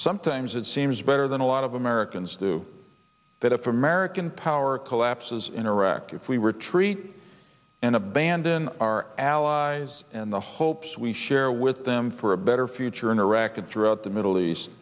sometimes it seems better than a lot of americans do that if american power collapses in iraq if we retreat and abandon our allies in the hopes we share with them for a better future in iraq and throughout the middle east